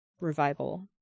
Revival